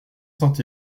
saint